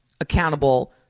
accountable